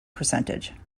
percentage